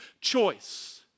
choice